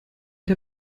der